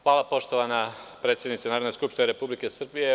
Hvala, poštovana predsednice Narodne skupštine Republike Srbije.